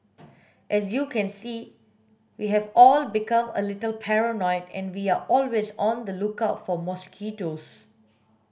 as you can see we have all become a little paranoid and we're always on the lookout for mosquitoes